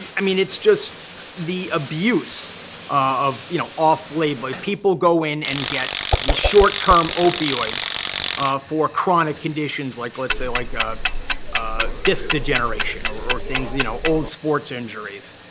i mean, it's just the abuse of you know off-label. people go in and get these short-term opioids for chronic conditions like, let's say, like a disk degeneration or things, you know, old sports injuries.